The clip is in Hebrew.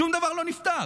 שום דבר לא נפתר.